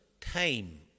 time